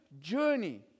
journey